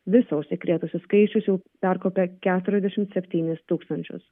viso užsikrėtusių skaičius jau perkopė keturiasdešimt septynis tūkstančius